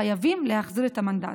חייבים להחזיר את המנדט.